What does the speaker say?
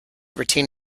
retain